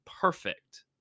perfect